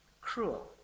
cruel